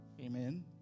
Amen